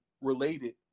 related